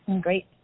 great